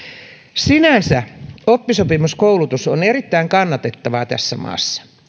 sinänsä oppisopimuskoulutus on erittäin kannatettavaa tässä maassa